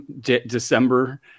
december